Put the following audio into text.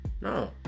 no